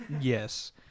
Yes